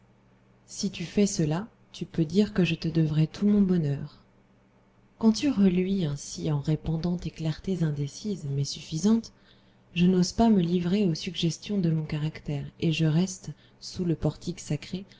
si tu fais cela tu peux dire que je te devrai tout mon bonheur quand tu reluis ainsi en répandant tes clartés indécises mais suffisantes je n'ose pas me livrer aux suggestions de mon caractère et je reste sous le portique sacré